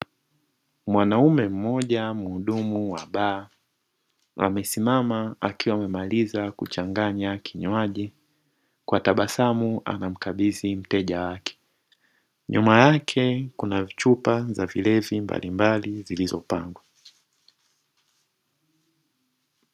Mwanaume mmoja mhudumu wa baa amesimama akiwa amemaliza kuchanganya kinywaji kwa tabasamu anamkabidhi mteja wake nyuma yake kuna chupa za vilevi mbalimbali zilizopangwa.